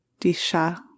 Disha